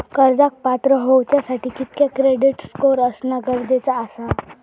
कर्जाक पात्र होवच्यासाठी कितक्या क्रेडिट स्कोअर असणा गरजेचा आसा?